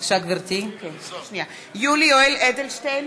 (קוראת בשמות חברי הכנסת) יולי יואל אדלשטיין,